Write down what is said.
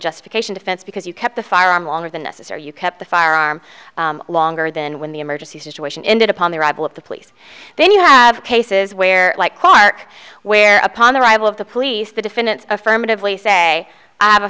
justification defense because you kept the firearm longer than necessary you kept the firearm longer than when the emergency situation ended upon the arrival of the police then you have cases where like quark where upon arrival of the police the defendant affirmatively say i have a